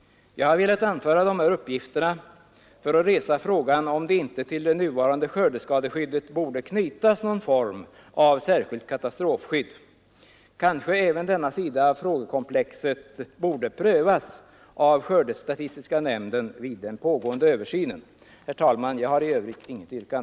Jag har velat anföra dessa uppgifter för att resa frågan om det inte till det nuvarande skördeskadeskyddet borde knytas någon form av särskilt katastrofskydd. Kanske även denna sida av frågekomplexet borde prövas Herr talman! Jag har inte något yrkande. Måndagen den